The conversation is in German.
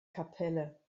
kapelle